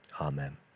amen